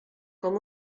com